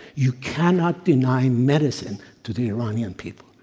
you cannot deny medicine to the iranian people.